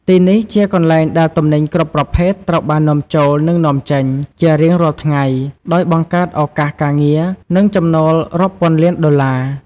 ទីនេះជាកន្លែងដែលទំនិញគ្រប់ប្រភេទត្រូវបាន នាំចូល និងនាំចេញ ជារៀងរាល់ថ្ងៃ ដោយបង្កើតឱកាសការងារ និងចំណូលរាប់ពាន់លានដុល្លារ។